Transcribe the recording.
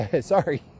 sorry